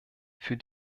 für